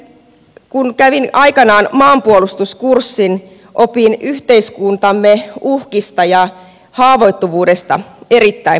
kun kävin aikanaan maanpuolustuskurssin opin yhteiskuntamme uhkista ja haavoittuvuudesta erittäin paljon